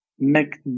make